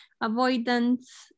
avoidance